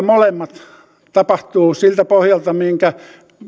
molemmat tapahtuvat siltä pohjalta minkä